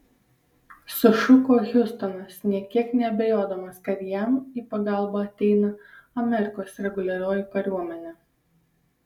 sušuko hiustonas nė kiek neabejodamas kad jam į pagalbą ateina amerikos reguliarioji kariuomenė